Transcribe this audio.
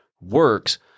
works